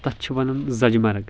تتھ چھِ ونان زجہِ مرٕگ